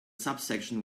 subsection